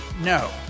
no